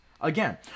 Again